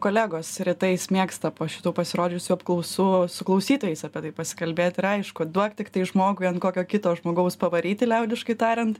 kolegos rytais mėgsta po šitų pasirodžiusių apklausų su klausytojais apie tai pasikalbėt ir aišku duok tiktai žmogui ant kokio kito žmogaus pavaryti liaudiškai tariant